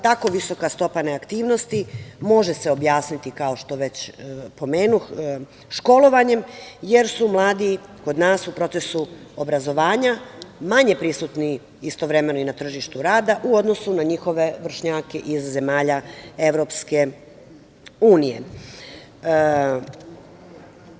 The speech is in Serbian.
Taka visoka stopa neaktivnosti može se objasniti, kao što već pomenuh, školovanjem, jer su mladi kod nas u procesu obrazovanja manje prisutni istovremeno i na tržištu rada, u odnosu na njihove vršnjake iz zemalja Evropske unije.